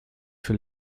für